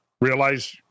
realize